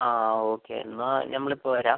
ആ ആ ഓക്കെ എന്നാൽ ഞമ്മൾ ഇപ്പോൾ വരാം